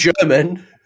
german